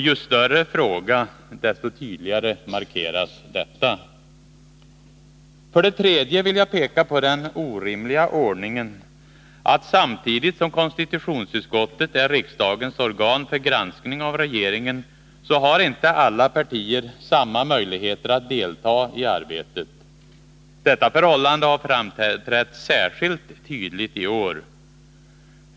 Ju större fråga, desto tydligare markeras detta. För det tredje vill jag peka på den orimliga ordningen att samtidigt som konstitutionsutskottet är riksdagens organ för granskning av regeringen, så har inte alla partier samma möjligheter att delta i arbetet. Detta förhållande har framträtt särskilt tydligt i år.